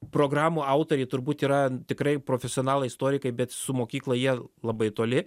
programų autoriai turbūt yra tikrai profesionalai istorikai bet su mokykla jie labai toli